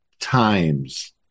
times